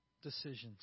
decisions